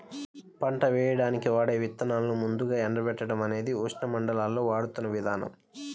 పంట వేయడానికి వాడే విత్తనాలను ముందుగా ఎండబెట్టడం అనేది ఉష్ణమండలాల్లో వాడుతున్న విధానం